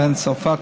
ובהן צרפת,